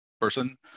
person